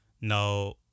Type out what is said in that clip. Now